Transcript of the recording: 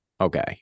Okay